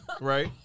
right